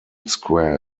square